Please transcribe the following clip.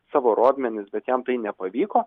savo rodmenis bet jam tai nepavyko